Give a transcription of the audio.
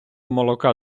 молока